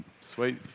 Sweet